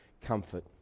comfort